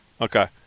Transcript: Okay